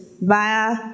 via